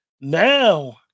Now